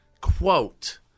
quote